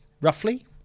Roughly